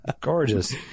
gorgeous